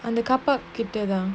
and the car park kick her down